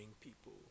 people